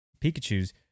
Pikachus